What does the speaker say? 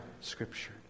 Scripture